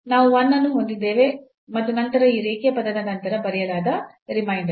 ನಾವು 1 ಅನ್ನು ಹೊಂದಿದ್ದೇವೆ ಮತ್ತು ನಂತರ ಈ ರೇಖೀಯ ಪದದ ನಂತರ ಬರೆಯಲಾದ ರಿಮೈಂಡರ್